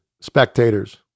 spectators